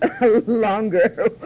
longer